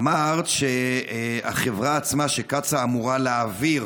אמרת שהחברה עצמה, קצא"א, אמורה להעביר